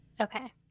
Okay